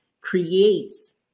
creates